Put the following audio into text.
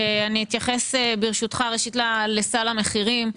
אני אתייחס ברשותך ראשית לסל המחירים.